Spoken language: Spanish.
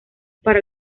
para